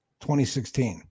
2016